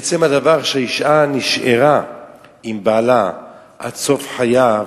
עצם הדבר שאשה נשארה עם בעלה עד סוף חייו,